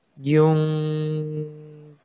yung